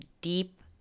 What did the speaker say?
deep